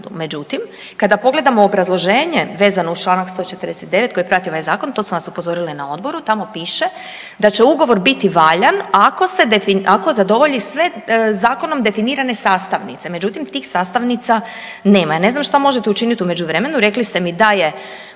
Međutim, kada pogledamo obrazloženje vezano uz čl. 149 koji prati ovaj Zakon, to sam vas upozorila i na Odboru, tamo piše da će ugovor biti valjan ako zadovolji sve zakonom definirane sastavnice, međutim, tih sastavnica nema. Ja ne znam šta možemo učiniti u međuvremenu, rekli ste mi da je